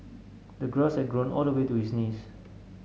the grass had grown all the way to his knees